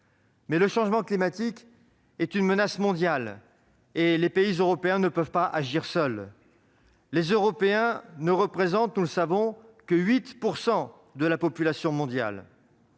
le changement climatique est une menace mondiale, de sorte que les pays européens ne peuvent pas agir seuls. Les Européens ne représentent que 8 % de la population mondiale.